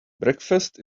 breakfast